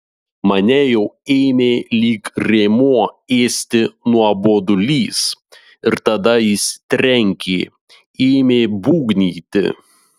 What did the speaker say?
mane jau ėmė lyg rėmuo ėsti nuobodulys ir tada jis trenkė ėmė būgnyti